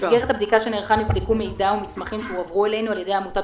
"במסגרת הבדיקה שנערכה נבדקו מידע ומסמכים שהועברו אלינו על ידי העמותה,